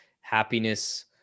happiness